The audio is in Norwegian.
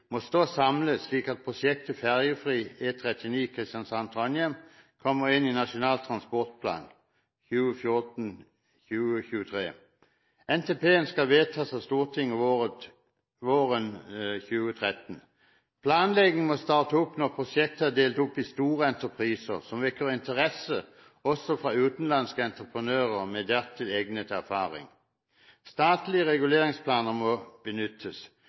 stå samlet, slik at prosjektet Fergefri E39 Kristiansand–Trondheim kommer inn i Nasjonal transportplan 2014–2023. NTP-en skal vedtas av Stortinget våren 2013. Planlegging må starte når prosjektet er delt opp i store entrepriser som vekker interesse også fra utenlandske entreprenører med dertil egnet erfaring. Statlige reguleringsplaner må benyttes.